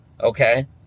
okay